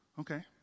okay